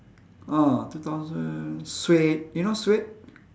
ah two thousand suede you know suede